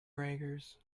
braggers